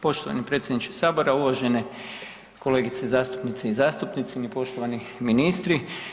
Poštovani predsjedniče sabora, uvažene kolegice zastupnice i zastupnici i poštovani ministri.